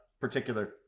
particular